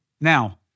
Now